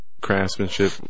craftsmanship